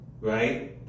Right